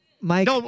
Mike